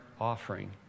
offering